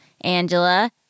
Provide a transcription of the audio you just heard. Angela